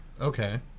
Okay